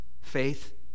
faith